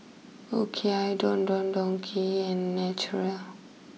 O K I Don Don Donki and Naturel